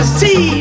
see